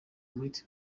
muri